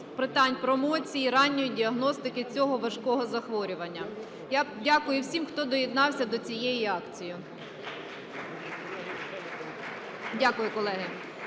питань промоцій ранньої діагностики цього важкого захворювання. Я дякую всім, хто доєднався до цієї акції. (Оплески) Дякую, колеги.